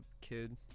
kid